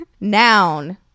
Noun